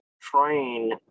train